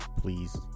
please